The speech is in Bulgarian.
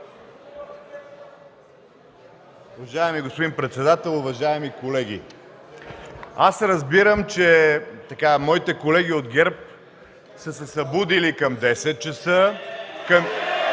Уважаеми господин председател, уважаеми колеги, аз разбирам, че моите колеги от ГЕРБ са се събудили към 10,00 ч., ...